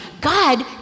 God